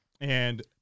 and-